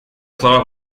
слова